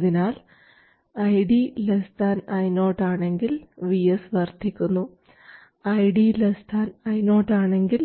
അതിനാൽ ID Io ആണെങ്കിൽ VS വർദ്ധിക്കുന്നു ID Io ആണെങ്കിൽ